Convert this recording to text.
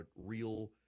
real